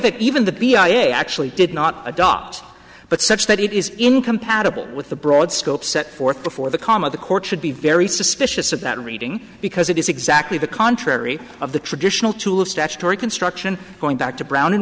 that even the b i a actually did not adopt but such that it is incompatible with the broad scope set forth before the comma the court should be very suspicious of that reading because it is exactly the contrary of the traditional tool of statutory construction going back to brown